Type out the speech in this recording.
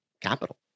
Capital